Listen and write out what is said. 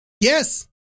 yes